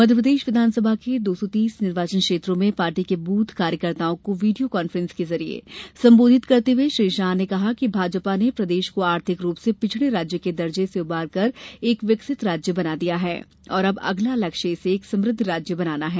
मध्यप्रदेश विधानसभा के दो सौ तीस निर्वाचन क्षेत्रों में पार्टी के बूथ कार्यकर्ताओं को वीडियो कांफ्रेंस के जरिए संबोधित करते हुए श्री शाह ने कहा कि भाजपा ने प्रदेश को आर्थिक रूप से पिछड़े राज्य के दर्जे से उबार कर एक विकसित राज्य बना दिया है और अब अगला लक्ष्य इसे एक समृद्व राज्य बनाना है